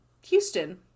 houston